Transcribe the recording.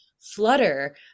flutter